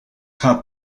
had